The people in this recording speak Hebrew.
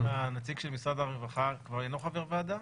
הנציג של משרד הרווחה כבר אינו חבר ועדה?